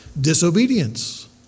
disobedience